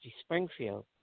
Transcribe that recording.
Springfield